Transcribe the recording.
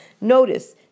Notice